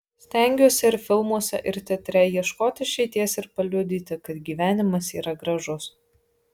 stengiuosi ir filmuose ir teatre ieškoti išeities ir paliudyti kad gyvenimas yra gražus